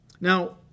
Now